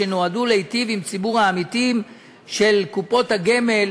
שנועדו להיטיב עם ציבור העמיתים של קופות הגמל.